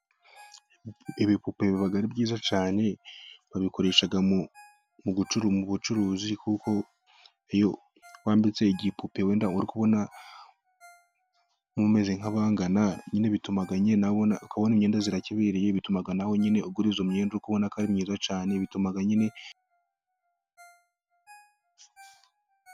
Ibipupe bibag ari byiza cyane babikoresha mu gucunga ubucuruzi kuko iyo wambitse igipupe wenda urikubona mumeze nkabangana, nyine bituma ukabona inyenda zirakibereye, bituma nawe nyine ugura izo myenda uri kubona ko ari myiza cyae ibi bituma nyine.